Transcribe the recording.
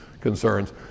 concerns